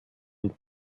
und